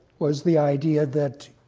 was the idea that